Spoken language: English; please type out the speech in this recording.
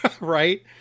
right